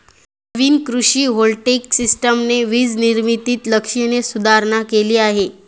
नवीन कृषी व्होल्टेइक सिस्टमने वीज निर्मितीत लक्षणीय सुधारणा केली आहे